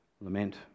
lament